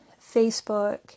Facebook